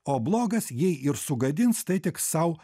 o blogas jei ir sugadins tai tik sau